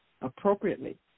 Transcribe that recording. appropriately